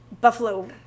buffalo